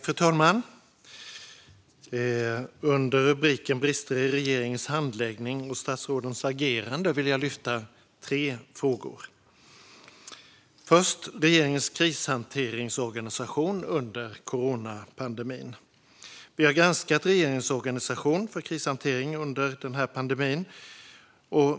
Fru talman! Under rubriken Brister i regeringens handläggning och statsrådens agerande vill jag lyfta upp tre frågor. Den första är regeringens krishanteringsorganisation under coronapandemin. Vi har granskat regeringens organisation för krishantering under pandemin.